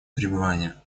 пребывания